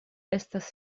estas